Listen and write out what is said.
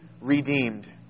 redeemed